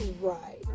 Right